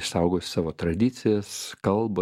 išsaugojus savo tradicijas kalbą